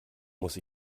muss